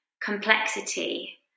complexity